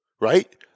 right